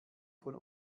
von